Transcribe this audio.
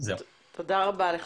תודה רבה לך.